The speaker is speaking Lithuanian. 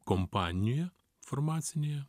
kompanijoje farmacinėje